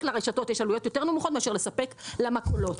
לרשתות זול יותר מאשר לספק למכולות.